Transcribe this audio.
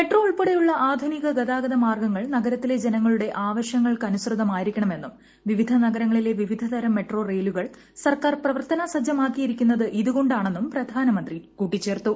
metro ഉൾപ്പെടെയുള്ള ആധുനിക ഗതാഗത മാർഗ്ഗങ്ങൾ നഗരത്തിലെ ജനങ്ങളുടെ ആവശ്യങ്ങൾക്കനുസൃതമായിരിക്കണമെന്നും വിവിധ നഗരങ്ങളിലെ വിവിധ തരം മെട്രോ റെയിലുകൾ സർക്കാർ പ്രവർത്തനാസജ്ജമാക്കിയിരിക്കുന്നതു ഇതുകൊണ്ടാണെന്നും പ്രധാനമന്ത്രി കൂട്ടിച്ചേർത്തു